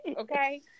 okay